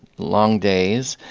long days.